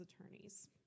attorneys